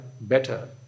better